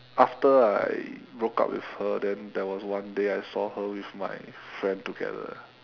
after I broke up with her then there was one day I saw her with my friend together